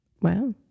Wow